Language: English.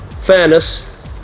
fairness